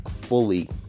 fully